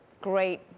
great